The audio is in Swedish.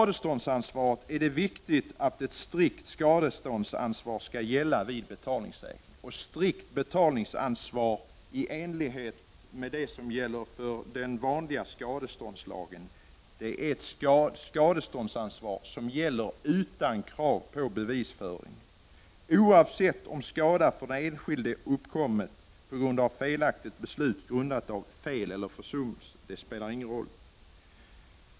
Det är det viktigt att ett strikt skadeståndsansvar skall gälla vid betalningsförsäkring i enlighet med vad som gäller i skadeståndslagen, dvs. skadeståndsansvar gäller utan krav på bevisföring, oavsett om skadan för den enskilda uppkommit genom felaktigt beslut på grund av fel eller försummelser.